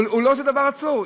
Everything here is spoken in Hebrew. הוא לא עושה דבר אסור.